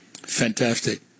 Fantastic